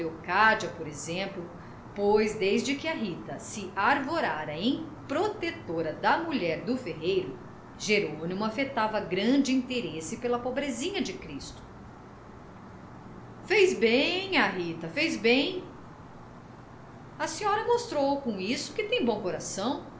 leocádia por exemplo pois desde que a rita se arvorara em protetora da mulher do ferreiro jerônimo afetava grande interesse pela pobrezinha de cristo fez bem nhá rita fez bem a seora mostrou com isso que tem bom coração